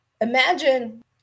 imagine